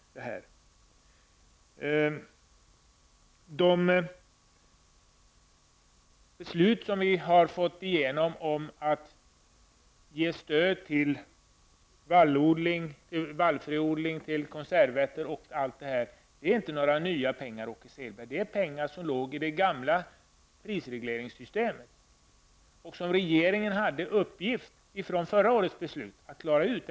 Det är inte fråga om några nya pengar för de beslut vi har lyckats få igenom för stöd till vallfröodling och konservrätter, Åke Selberg. Det är pengar som låg i det gamla prisregleringssystemet och som regeringen hade till uppgift vid förra årets beslut att klara ut.